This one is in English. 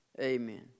amen